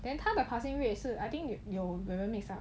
then 他的 passing rate 是 I think 有人 mix up